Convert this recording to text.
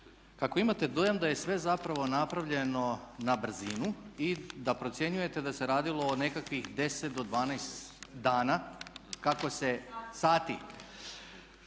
kako imate dojam da je sve zapravo napravljeno na brzinu i da procjenjujete da se radilo o nekakvih 10 do 12 dana, sati?